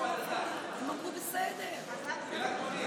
רק מודיע שאתה עושה